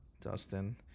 Dustin